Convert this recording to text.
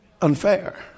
Unfair